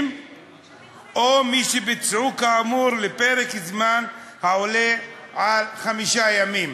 או מי שביצעו כאמור לפרק זמן העולה על חמישה ימים.